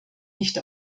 nicht